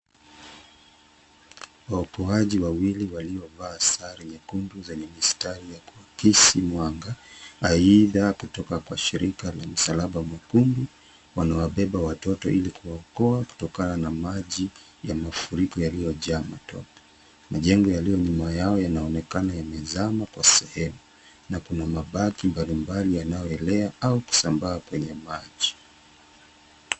Waokoaji wawili waliovaa sare nyekundu zenye mistari ya kuakisi mwanga aidha kutoka kwa shirika la msalaba mwekundu. Wanawabeba watoto ili kuwaokoa kutokana na maji ya mafuriko yaliyojaa matope. Majengo yaliyo nyuma yao yanaonekana yamezama kwa sehemu na mabaki mbalimbali yanayoenea au kusambaa kwenye maji.